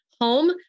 home